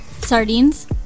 Sardines